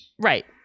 Right